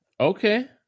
Okay